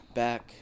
back